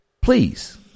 please